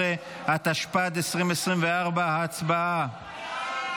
12), התשפ"ד 2024. הצבעה.